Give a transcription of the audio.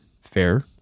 fair